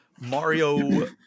Mario